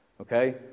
Okay